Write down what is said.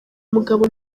mugabo